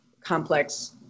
complex